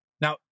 Now